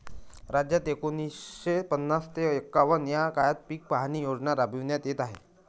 राज्यात एकोणीसशे पन्नास ते एकवन्न या काळात पीक पाहणी योजना राबविण्यात येत आहे